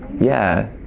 yeah,